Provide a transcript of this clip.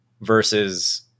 versus